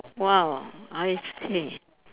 !wow! I see